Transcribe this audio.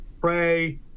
pray